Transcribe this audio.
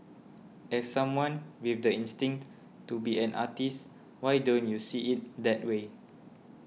as someone with the instinct to be an artist why don't you see it that way